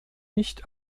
nicht